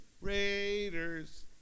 Raiders